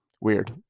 Weird